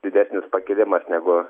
didesnis pakilimas negu